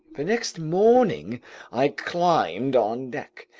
the next morning i climbed on deck.